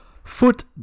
Foot